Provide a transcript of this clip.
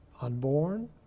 unborn